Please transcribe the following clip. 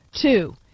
Two